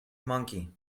monkey